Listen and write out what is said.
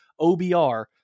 OBR